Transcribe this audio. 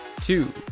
two